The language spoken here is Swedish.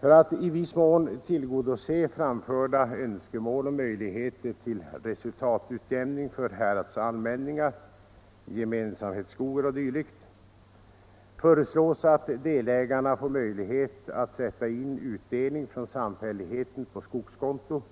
För att i viss mån tillgodose framförda önskemål om möjligheter till resultatutjämning för häradsallmänningar, gemensamhetsskogar o. d. föreslås att delägarna får möjlighet att sätta in utdelning från samfälligheten på skogskonto,